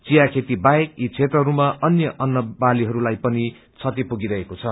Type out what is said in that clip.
चिया खेती बाहेक यी क्षेत्रहरूमा अन्य अन्नवालीहरूलाई पनि क्षति पुगिरहेको छ